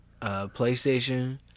PlayStation